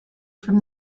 from